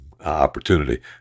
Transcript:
opportunity